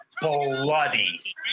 bloody